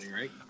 right